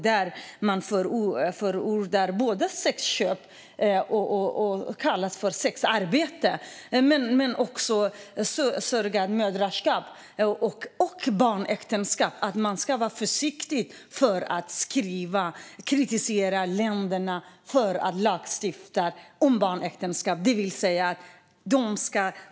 Där förordas såväl sexköp - som kallas för sexarbete - som surrogatmoderskap och barnäktenskap. Man ska vara försiktig med att kritisera länder som lagstiftar mot barnäktenskap.